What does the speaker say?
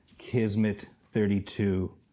Kismet32